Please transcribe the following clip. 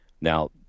Now